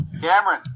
Cameron